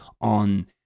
on